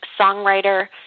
songwriter